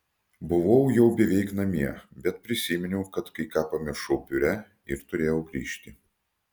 buvau jau beveik namie bet prisiminiau kad kai ką pamiršau biure ir turėjau grįžti